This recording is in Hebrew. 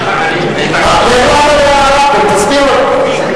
תסביר לנו.